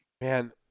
Man